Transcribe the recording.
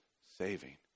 saving